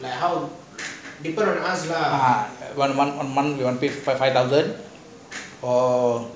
like how depend on us lah like how one one month you want to pay five five thousand or